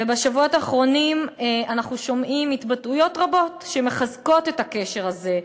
בשבועות האחרונים אנחנו שומעים התבטאויות רבות שמחזקות את הקשר הזה,